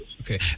Okay